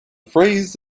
phrase